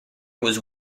was